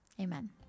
Amen